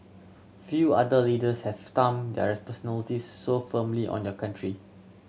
few other leaders have stamped their personalities so firmly on your country